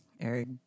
Eric